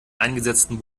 eingesetzten